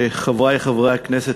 חברי חברי הכנסת,